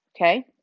Okay